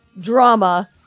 drama